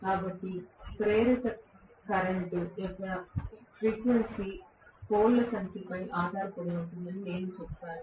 కాబట్టి ప్రేరిత కరెంట్ యొక్క ఫ్రీక్వెన్సీ పోల్ ల సంఖ్యపై ఆధారపడి ఉంటుందని నేను చెబుతాను